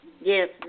Yes